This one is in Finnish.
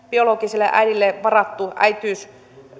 biologiselle äidille varattu